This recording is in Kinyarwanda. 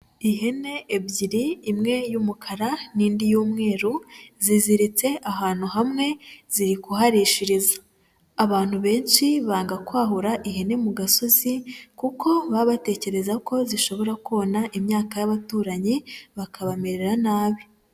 Ihene ebyiri imwe y'umukara n'indi y'umweru ziziritse ahantu hamwe ziri guharishiriza, abantu benshi banga kwahura ihene mu gasozi kuko baba batekereza ko zishobora kona imyaka y'abaturanyi bakabamerera nabi.